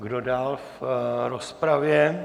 Kdo dál v rozpravě?